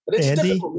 Andy